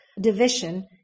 division